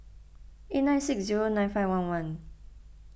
eight nine six zero nine five one one